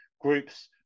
groups